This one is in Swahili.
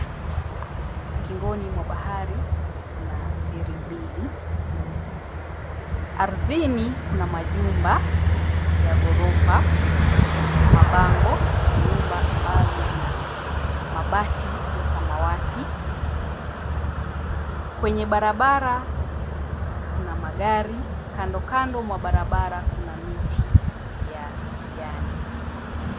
Ukingoni mwa bahari kuna ferry mbili, ardhini kuna majumba ya ghorofa mabango na nyumba ambazo zina mabati ya samawati, kwenye barabara kuna magari, kandokando mwa barabara kuna miti ya kijani.